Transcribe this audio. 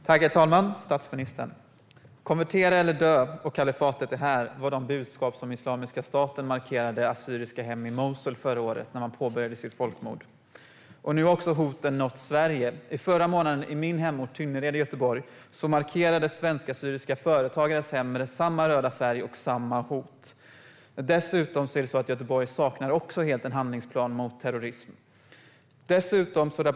Herr talman! Statsministern! "Konvertera eller dö" och "kalifatet är här" var de budskap som islamiska staten markerade assyriska hem i Mosul med förra året när man påbörjat sitt folkmord. Nu har hoten också nått Sverige. Förra månaden i min hemort Tynnered i Göteborg markerades svensk-assyriska företagares hem med samma röda färg och samma hot. Dessutom saknar Göteborg helt en handlingsplan mot terrorism.